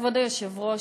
כבוד היושב-ראש,